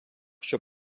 щоб